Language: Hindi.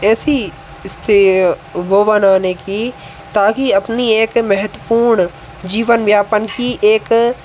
ऐसी स्थे वो बनाने की ताकि अपनी एक महत्वपूर्ण जीवन यापन की एक